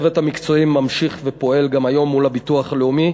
הצוות המקצועי ממשיך ופועל גם היום מול הביטוח הלאומי